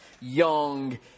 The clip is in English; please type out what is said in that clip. young